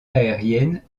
aérienne